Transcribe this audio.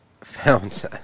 found